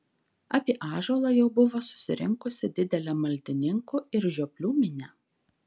apie ąžuolą jau buvo susirinkusi didelė maldininkų ir žioplių minia